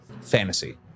Fantasy